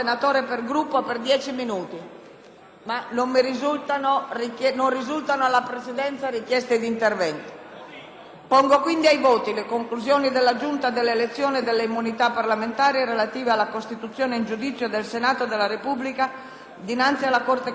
metto ai voti le conclusioni della Giunta delle elezioni e delle immunità parlamentari relative alla costituzione in giudizio del Senato della Repubblica dinanzi alla Corte costituzionale per resistere nel conflitto di attribuzione sollevato dal tribunale di Ancona - II Sezione